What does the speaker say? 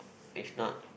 if not